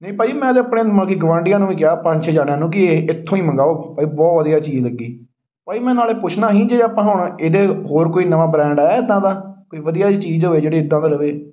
ਨਹੀਂ ਭਾਅ ਜੀ ਮੈਂ ਤਾਂ ਆਪਣੇ ਮਤਲਬ ਕਿ ਗੁਆਂਢੀਆਂ ਨੂੰ ਵੀ ਕਿਹਾ ਪੰਜ ਛੇ ਜਣਿਆਂ ਨੂੰ ਕਿ ਇਹ ਇੱਥੋਂ ਹੀ ਮੰਗਵਾਉ ਭਾਅ ਜੀ ਬਹੁਤ ਵਧੀਆ ਚੀਜ਼ ਲੱਗੀ ਭਾਅ ਜੀ ਮੈਂ ਨਾਲ਼ੇ ਪੁੱਛਣਾ ਸੀ ਜੇ ਆਪਾਂ ਹੁਣ ਇਹਦੇ ਹੋਰ ਕੋਈ ਨਵਾਂ ਬ੍ਰੈਂਡ ਆਇਆ ਇੱਦਾਂ ਦਾ ਕੋਈ ਵਧੀਆ ਜਿਹੀ ਚੀਜ਼ ਹੋਵੇ ਜਿਹੜੀ ਇੱਦਾਂ ਦੀ ਰਹੇ